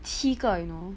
七个 you know